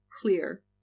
clear